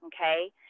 Okay